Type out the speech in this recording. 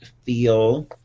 feel